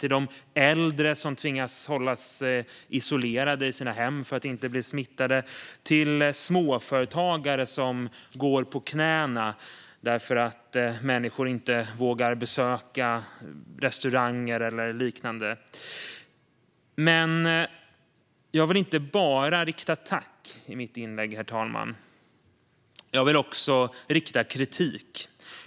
Jag riktar mig även till de äldre som tvingas hålla sig isolerade i sina hem för att inte bli smittade liksom till småföretagare som går på knäna då människor inte vågar besöka restauranger eller liknande. Jag vill dock inte bara rikta ett tack i mitt inlägg, herr talman. Jag vill också rikta kritik.